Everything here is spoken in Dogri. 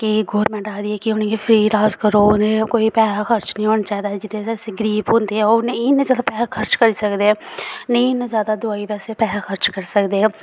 की गौरमैंट आखदी ऐ की उनेंगी फ्री लाज करो उनें कोई पैहा खर्च नी होना चाहिदा एह् जित्थे जित्थे गरीब होंदे ऐ ओह् उनें इन्ने ज्यादा पैहा खर्च करी सकदे ऐ नेई इन्ना ज्यादा दवाई वास्ते पैहा खर्च करी सकदे ऐ